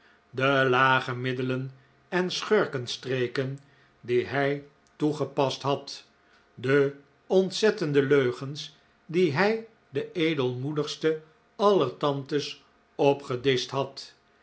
de lage middelen en schurkenstreken die hij toegepast had de ontzettende leugens die hij de edelmoedigste aller tantes opgedischt had